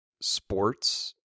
sports